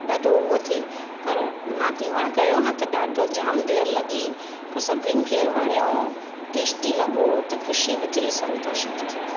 ॾाढो हूअ थिए पर मां तीवण कयो न त ॾाढो जाम देरि लॻी पर सभिनीनि खे वणियो टेस्टी लॻो त ख़ुशी बि थी संतोष बि थियो